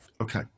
okay